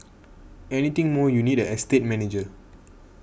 anything more you'd need an estate manager